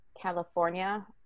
California